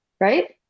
right